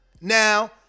Now